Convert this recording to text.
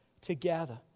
together